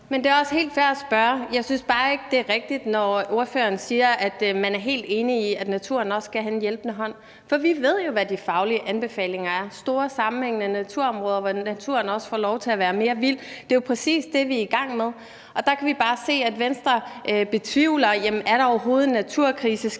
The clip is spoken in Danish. Wermelin): Det er også helt fair at spørge. Jeg synes bare ikke, det er rigtigt, når ordføreren siger, at man er helt enig i, at naturen også skal have en hjælpende hånd, for vi ved jo, hvad de faglige anbefalinger er: store, sammenhængende naturområder, hvor naturen også får lov til at være mere vild. Det er jo præcis det, vi er i gang med at gøre. Der kan vi bare se, at Venstre betvivler det: Er der overhovedet en naturkrise?